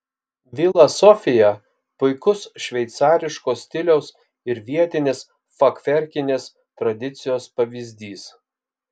vila sofija puikus šveicariško stiliaus ir vietinės fachverkinės tradicijos pavyzdys